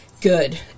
good